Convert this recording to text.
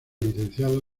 licenciado